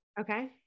Okay